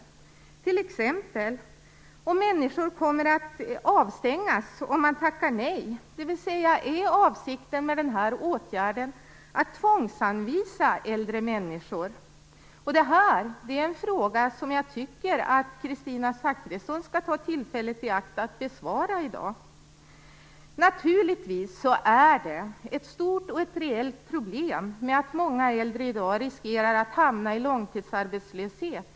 Ett exempel: Kommer människor att avstängas om de tackar nej? Är avsikten med åtgärden att tvångsanvisa äldre människor? Detta är en fråga som jag tycker att Kristina Zakrisson skall ta tillfället i akt och besvara i dag. Naturligtvis är det ett stort och reellt problem att många äldre i dag riskerar att hamna i långtidsarbetslöshet.